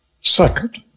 Second